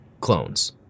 clones